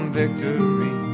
victory